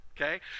Okay